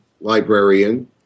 librarian